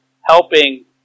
helping